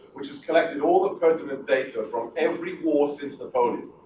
which has collected all the pertinent data from every war since napoleon,